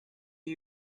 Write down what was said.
you